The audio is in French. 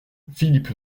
philippe